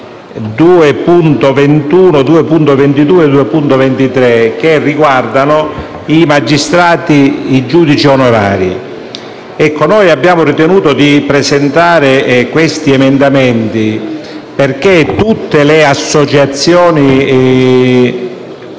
2.21, 2.22 e 2.23, che riguardano la magistratura onoraria e di pace. Abbiamo ritenuto di presentare questi emendamenti perché tutte le associazioni